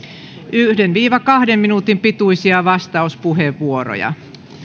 yhden viiva kahden minuutin pituisia vastauspuheenvuoroja